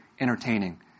entertaining